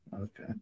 Okay